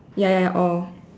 ya ya orh